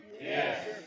Yes